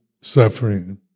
suffering